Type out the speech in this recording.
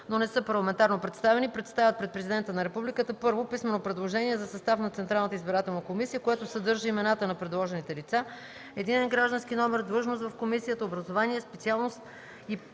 но не са парламентарно представени, представят пред президента на републиката: 1. писмено предложение за състав на Централната избирателна комисия, което съдържа имената на предложените лица, единен граждански номер, длъжност в комисията, образование, специалност и